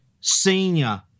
senior